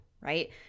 right